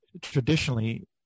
traditionally